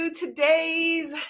today's